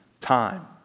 time